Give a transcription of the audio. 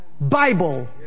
Bible